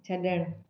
छड॒णु